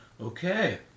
Okay